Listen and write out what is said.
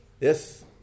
Yes